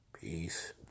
Peace